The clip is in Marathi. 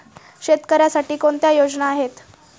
शेतकऱ्यांसाठी कोणत्या योजना आहेत?